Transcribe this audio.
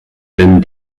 denn